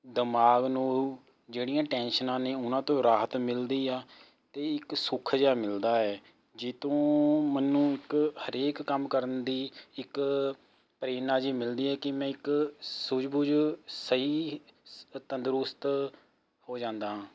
ਦਿਮਾਗ ਨੂੰ ਜਿਹੜੀਆਂ ਟੈਨਸ਼ਨਾਂ ਨੇ ਉਹਨਾਂ ਤੋਂ ਰਾਹਤ ਮਿਲਦੀ ਆ ਅਤੇ ਇੱਕ ਸੁੱਖ ਜਿਹਾ ਮਿਲਦਾ ਹੈ ਜਿਸ ਤੋਂ ਮੈਨੂੰ ਇੱਕ ਹਰੇਕ ਕੰਮ ਕਰਨ ਦੀ ਇੱਕ ਪ੍ਰੇਰਨਾ ਜਿਹੀ ਮਿਲਦੀ ਹੈ ਕਿ ਮੈਂ ਇੱਕ ਸੂਝ ਬੂਝ ਸਹੀ ਤੰਦਰੁਸਤ ਹੋ ਜਾਂਦਾ ਹਾਂ